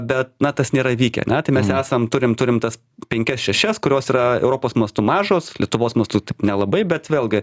bet na tas nėra įvykę ane tai mes esam turim turim tas penkias šešias kurios yra europos mastu mažos lietuvos mastu nelabai bet vėlgi